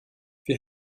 wir